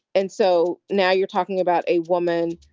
and so now you're talking about a woman,